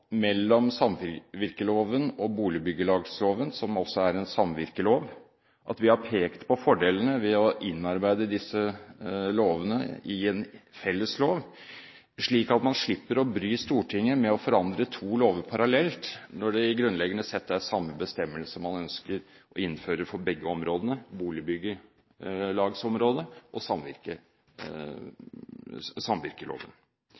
mellom samvirkeloven og boligbyggelagsloven – som også er en samvirkelov – at vi har pekt på fordelene ved å innarbeide disse lovene i en felles lov, slik at man slipper å bry Stortinget med å forandre to lover parallelt når det grunnleggende sett er samme bestemmelse man ønsker å innføre for begge områdene, boligbyggelagsområdet og